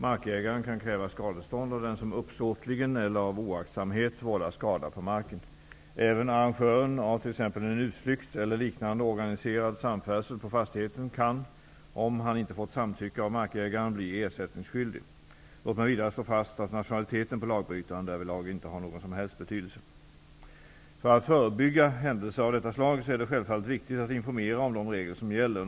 Markägaren kan kräva skadestånd av den som uppsåtligen eller av oaktsamhet vållar skada på marken. Även arrangören av t.ex. en utflykt eller liknande organiserad samfärdsel på fastigheten kan, om han inte fått samtycke av markägaren, bli ersättningsskyldig. Låt mig vidare slå fast att nationaliteten på lagbrytaren därvidlag inte har någon som helst betydelse. För att förebygga händelser av detta slag är det självfallet viktigt att informera om de regler som gäller.